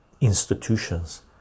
institutions